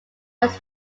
was